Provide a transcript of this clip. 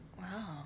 Wow